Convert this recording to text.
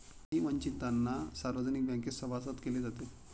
काही वंचितांना सार्वजनिक बँकेत सभासद केले जाते